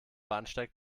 bahnsteig